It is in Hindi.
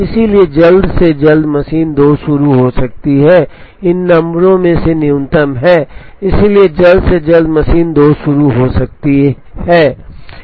इसलिए जल्द से जल्द मशीन 2 शुरू हो सकती है इन नंबरों में से न्यूनतम है इसलिए जल्द से जल्द मशीन 2 शुरू हो सकती है 1 है